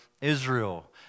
Israel